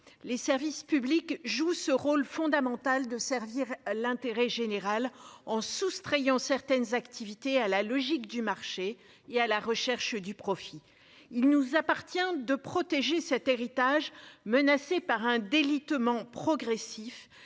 Les services publics jouent ce rôle fondamental de servir l'intérêt général en soustrayant certaines activités à la logique du marché et à la recherche du profit, il nous appartient de protéger cet héritage menacé par un délitement progressif